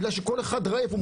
בגלל שכל אחד רעב,